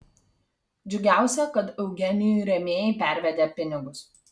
džiugiausia kad eugenijui rėmėjai pervedė pinigus